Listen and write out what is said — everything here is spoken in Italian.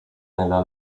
nella